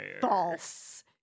false